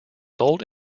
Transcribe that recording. sold